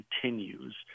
continues